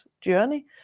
journey